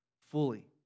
Fully